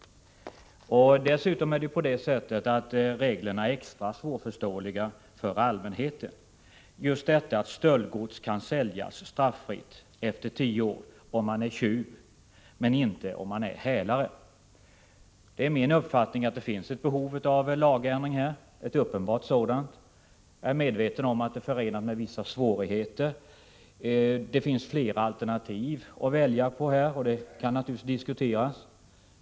Dessutom är reglerna extra svårförståeliga för allmänheten — just detta att gods kan säljas straffritt efter tio år om det är fråga om stöld, men inte om det är fråga om häleri. Det är min uppfattning att det finns ett uppenbart behov av lagändring. Jag är medveten om att det är förenat med vissa svårigheter, men det finns flera alternativ att välja på. De kan naturligtvis diskuteras.